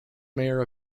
mayor